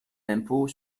l’impôt